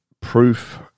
proof